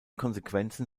konsequenzen